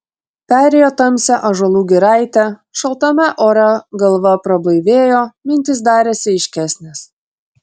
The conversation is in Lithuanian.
perėjo tamsią ąžuolų giraitę šaltame ore galva prablaivėjo mintys darėsi aiškesnės